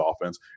offense